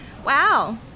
Wow